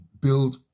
build